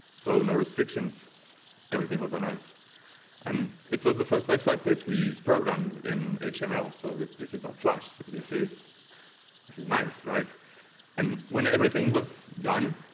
so no restrictions everything was on us and it was the first website that we programmed in html ah so if this is not flash this is this is nice right and when everything was done